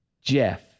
Jeff